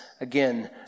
again